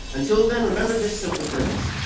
until then remember this simple phrase.